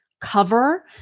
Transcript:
cover